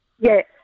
Yes